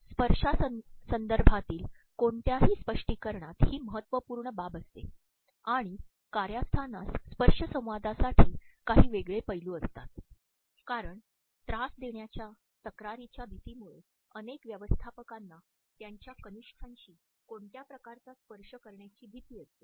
स्पर्शा संदर्भातील कोणत्याही स्पष्टीकरणात ही महत्त्वपूर्ण बाब असते आणि कार्यस्थानास स्पर्श संवादासाठी काही वेगळे पैलू असतात कारण त्रास देण्याच्या तक्रारीच्या भीतीमुळे अनेक व्यवस्थापकांना त्यांच्या कनिष्ठांशी कोणत्याही प्रकारचा स्पर्श करण्याची भीती असते